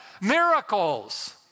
Miracles